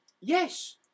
yes